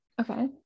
okay